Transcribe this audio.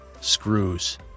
Screws